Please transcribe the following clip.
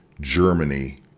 Germany